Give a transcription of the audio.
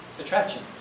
attraction